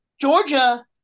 Georgia